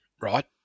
right